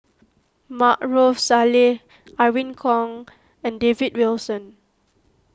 Maarof Salleh Irene Khong and David Wilson